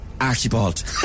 Archibald